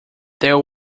there